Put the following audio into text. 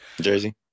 Jersey